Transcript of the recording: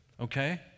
okay